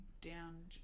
down